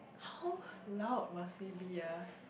how loud must we be ah